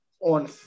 on